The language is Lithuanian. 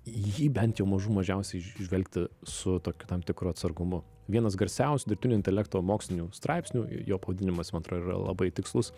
į jį bent jau mažų mažiausiai žvelgti su tokiu tam tikru atsargumu vienas garsiausių dirbtinio intelekto mokslinių straipsnių jo pavadinimas man atrodo yra labai tikslus